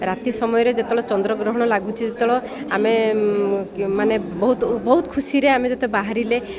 ରାତି ସମୟରେ ଯେତେବେଳେ ଚନ୍ଦ୍ରଗ୍ରହଣ ଲାଗୁଛି ଯେତେବେଳେ ଆମେ ମାନେ ବହୁତ ବହୁତ ଖୁସିରେ ଆମେ ଯେତେ ବାହାରିଲେ